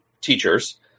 teachers